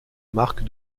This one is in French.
marque